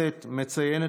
מזכיר הכנסת